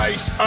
Ice